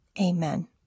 amen